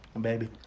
Baby